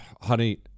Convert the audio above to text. Honey